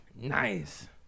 nice